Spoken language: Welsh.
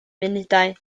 munudau